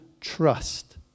trust